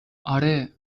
آره